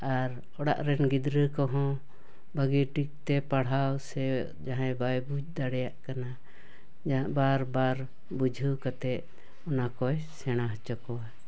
ᱟᱨ ᱚᱲᱟᱜ ᱨᱮᱱ ᱜᱤᱫᱽᱨᱟᱹ ᱠᱚᱦᱚᱸ ᱵᱷᱟᱹᱜᱤ ᱴᱷᱤᱠ ᱛᱮ ᱯᱟᱲᱦᱟᱣ ᱥᱮ ᱡᱟᱦᱟᱸᱭ ᱵᱟᱭ ᱵᱩᱡᱽ ᱫᱟᱲᱮᱭᱟᱜ ᱠᱟᱱᱟ ᱵᱟᱨ ᱵᱟᱨ ᱵᱩᱡᱷᱟᱹᱣ ᱠᱟᱛᱮᱫ ᱚᱱᱟᱠᱚᱭ ᱥᱮᱬᱟ ᱦᱚᱪᱚ ᱠᱚᱣᱟ